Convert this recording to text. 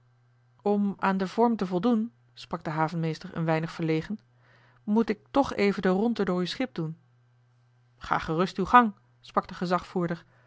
om aan den vorm te voldoen sprak de havenmeester een weinig verlegen moet ik toch even de rondte door uw schip doen ga gerust uw gang sprak de gezagvoerder